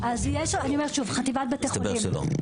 מסתבר שלא.